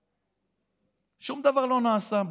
שום דבר לא נעשה.